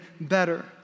better